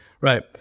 Right